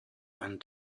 einen